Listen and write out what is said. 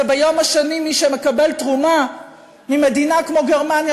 וביום השני מי שמקבל תרומה ממדינה כמו גרמניה,